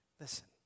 Listen